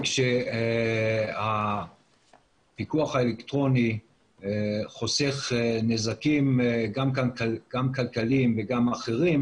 ספק שהפיקוח האלקטרוני חוסך נזקים גם כלכליים וגם אחרים